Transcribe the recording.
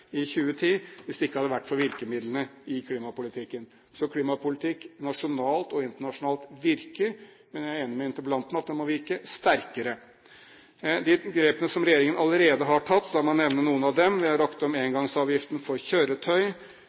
i 2010 hvis det ikke hadde vært for virkemidlene i klimapolitikken. Så klimapolitikk nasjonalt og internasjonalt virker, men jeg er enig med interpellanten i at det må virke sterkere. La meg nevne noen av de grepene som regjeringen allerede har tatt. Vi har lagt om engangsavgiften for kjøretøy,